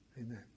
Amen